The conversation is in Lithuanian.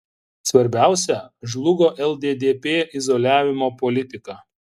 svarbiausia žlugo lddp izoliavimo politika